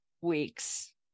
weeks